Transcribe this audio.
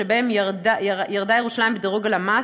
שבהן ירדה ירושלים בדירוג הלמ"ס,